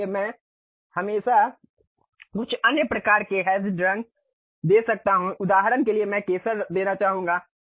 इसलिए मैं हमेशा कुछ अन्य प्रकार के हैशेड रंग दे सकता हूं उदाहरण के लिए मैं केसर देना चाहूंगा